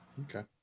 Okay